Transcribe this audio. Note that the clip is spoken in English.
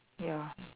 ya